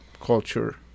culture